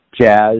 jazz